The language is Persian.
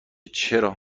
چرا